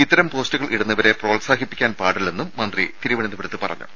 ഇത്തരം പോസ്റ്റിടുന്നവരെ പ്രോത്സാഹിപ്പിക്കാൻ പാടില്ലെന്നും മന്ത്രി തിരുവനന്തപുരത്ത് പറഞ്ഞു